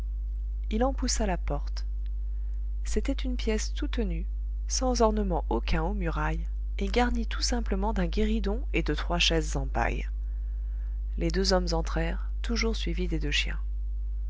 il en poussa la porte c'était une pièce toute nue sans ornement aucun aux murailles et garnie tout simplement d'un guéridon et de trois chaises en paille les deux hommes entrèrent toujours suivis des deux chiens